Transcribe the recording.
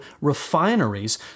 refineries